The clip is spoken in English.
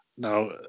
Now